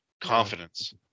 confidence